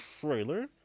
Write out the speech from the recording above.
trailer